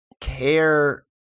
care